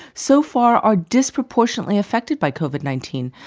so far, are disproportionately affected by covid nineteen.